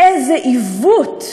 איזה עיוות,